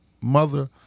mother